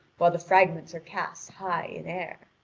while the fragments are cast high in air.